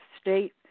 state